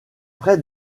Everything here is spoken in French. près